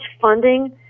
funding